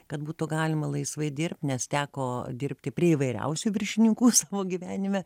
kad būtų galima laisvai dirbt nes teko dirbti prie įvairiausių viršininkų savo gyvenime